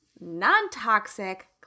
non-toxic